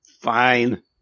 Fine